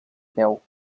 peu